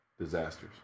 disasters